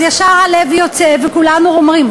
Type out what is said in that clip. אז ישר הלב יוצא וכולנו אומרים,